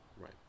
Right